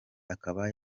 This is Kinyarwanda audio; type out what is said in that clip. akaba